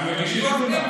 אז מגישים תלונה.